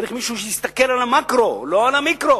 וצריך מישהו שיסתכל על המקרו, לא על המיקרו.